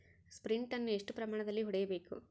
Sprint ಅನ್ನು ಎಷ್ಟು ಪ್ರಮಾಣದಲ್ಲಿ ಹೊಡೆಯಬೇಕು?